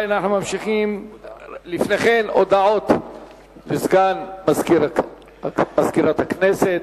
הודעה לסגן מזכירת הכנסת.